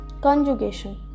Conjugation